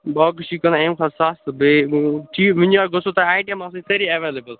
باقٕے چھی کٕنان اَمہِ کھۄتہٕ سستہٕ بیٚیہِ ٹھیٖک یا گوٚژھوٕ تۄہہِ آیٹَم آسٕنۍ سٲری ایٚوَلیبٕل